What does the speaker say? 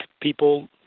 people